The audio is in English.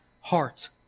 heart